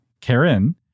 Karen